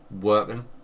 Working